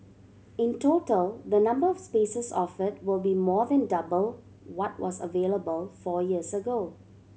in total the number of spaces offered will be more than double what was available four years ago